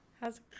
how's